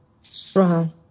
strong